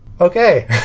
okay